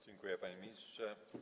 Dziękuję, panie ministrze.